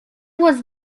was